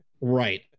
Right